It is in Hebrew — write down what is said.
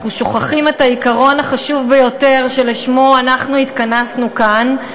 אנחנו שוכחים את העיקרון החשוב ביותר שלשמו אנחנו התכנסנו כאן,